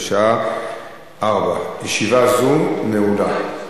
בשעה 16:00. ישיבה זו נעולה.